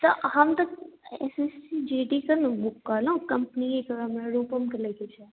तऽ हम तऽ S S C G D के ने बुक कहलहुँ कम्पनिये के हमरा रूपम के लैके छै